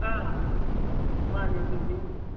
ꯑꯥ ꯃꯥꯟꯅꯤ ꯆꯨꯝꯃꯤ